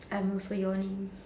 I'm also yawning